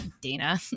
dana